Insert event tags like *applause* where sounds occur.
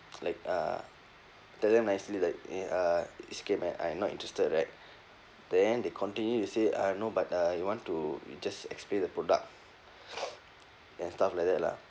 like uh tell them nicely like eh uh it's okay man I not interested right then they continue to say uh no but uh you want to you just experience the product *noise* and stuff like that lah